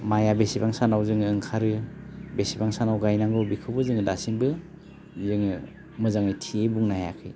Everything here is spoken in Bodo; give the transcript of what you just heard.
माइया बेसेबां सानाव जोङो ओंखारो बेसेबां सानाव गायनांगौ बेखौबो जोङो दासिमबो जोङो मोजाङै थियै बुंनो हायाखै